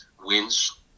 wins